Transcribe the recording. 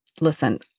Listen